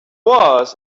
was